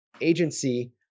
agency